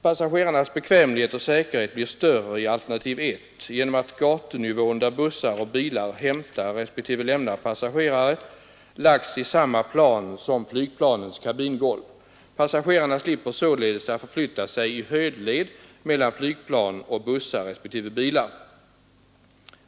Passagerarnas bekvämlighet och säkerhet blir större i alternativ 1 genom att gatunivån där bussar och bilar hämtar respektive lämnar passagerare lagts i samma plan som flygplanens kabingolv. Passagerarna slipper således att förflytta sig i höjdled mellan flygplan och bussar/bilar.